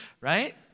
Right